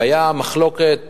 והיתה מחלוקת